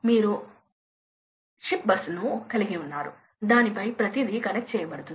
energy savings పరంగా మీరు భారీ ప్రయోజనం పొందబోతున్నారు